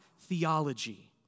theology